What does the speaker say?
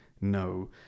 No